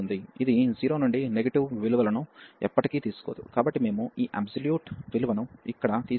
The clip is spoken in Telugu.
ఇది 0 నుండి నెగటివ్ విలువలను ఎప్పటికీ తీసుకోదు కాబట్టి మేము ఈ అబ్సొల్యూట్ విలువను ఇక్కడ తీసివేసాము